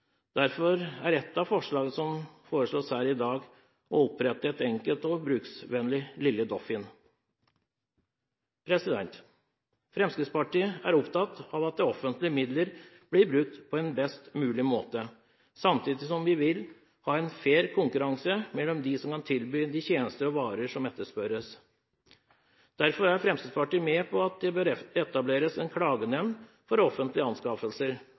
Derfor er ett av forslagene som legges fram her i dag, å opprette et enkelt og brukervennlig Lille Doffin. Fremskrittspartiet er opptatt av at de offentlige midler blir brukt på en best mulig måte, samtidig som vi vil ha en fair konkurranse mellom dem som kan tilby de tjenester og varer som etterspørres. Derfor er Fremskrittspartiet med på at det bør etableres en klagenemnd for offentlige anskaffelser,